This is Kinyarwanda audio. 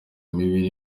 mibi